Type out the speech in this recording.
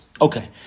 Okay